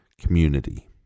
community